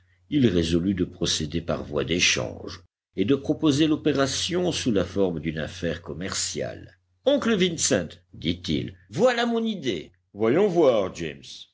il résolut de procéder par voie d'échange et de proposer l'opération sous la forme d'une affaire commerciale oncle vincent dit-il voilà mon idée voyons voir james